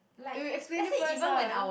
eh wait explain it first lah